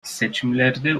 seçimlerde